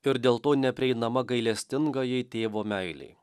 ir dėl to neprieinama gailestingajai tėvo meilei